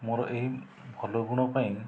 ମୋର ଏହି ଭଲ ଗୁଣ ପାଇଁ